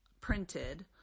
printed